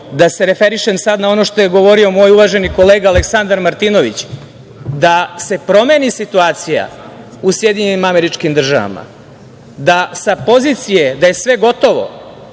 da se referišem sad na ono što je govorio moj uvaženi kolega Aleksandar Martinović, da se promeni situacija u SAD, da sa pozicije da je sve gotovo,